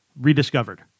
rediscovered